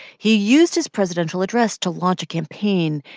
he used his presidential address to launch a campaign,